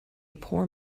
poor